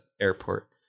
airport